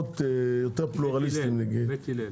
בית הלל.